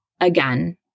Again